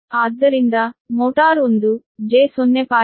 ಆದ್ದರಿಂದ motor 1 j0